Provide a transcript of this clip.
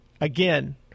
again